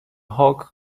hog